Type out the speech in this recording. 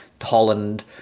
Holland